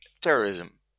terrorism